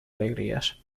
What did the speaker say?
alegrías